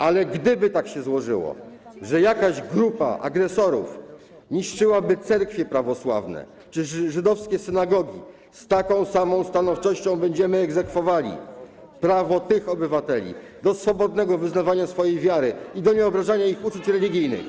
ale gdyby tak się złożyło, że jakaś grupa agresorów niszczyłaby cerkwie prawosławne czy żydowskie synagogi, z taką samą stanowczością będziemy egzekwowali prawo tych obywateli do swobodnego wyznawania swojej wiary i do nieobrażania ich uczuć religijnych.